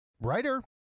writer